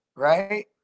Right